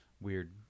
weird